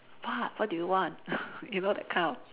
what what do you want you know that kind of